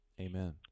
amen